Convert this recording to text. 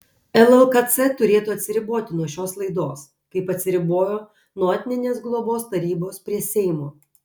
llkc turėtų atsiriboti nuo šios laidos kaip atsiribojo nuo etninės globos tarybos prie seimo